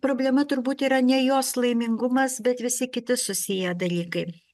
problema turbūt yra ne jos laimingumas bet visi kiti susiję dalykai